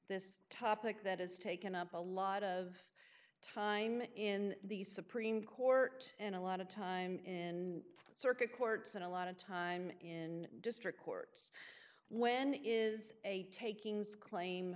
this topic that has taken up a lot of time in the supreme court and a lot of time in circuit courts and a lot of time in district court when it is a takings claim